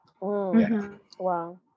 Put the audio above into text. Wow